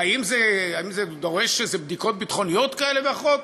האם זה דורש איזה בדיקות ביטחוניות כאלה ואחרות?